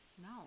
No